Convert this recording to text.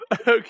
okay